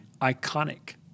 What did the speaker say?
Iconic